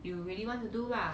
you really want to do lah